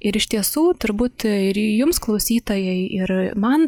ir iš tiesų turbūt ir jums klausytojai ir man